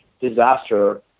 disaster